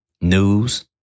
News